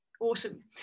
awesome